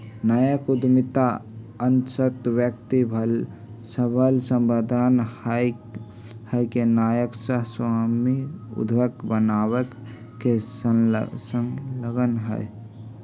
नयका उद्यमिता अइसन्न व्यक्ति सभसे सम्बंधित हइ के नयका सह स्वामित्व उद्यम बनाबे में संलग्न हइ